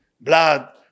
blood